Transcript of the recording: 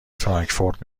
فرانکفورت